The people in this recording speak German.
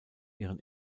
ihren